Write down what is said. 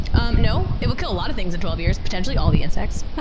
um, no. it will kill a lot of things in twelve years, potentially all the insects.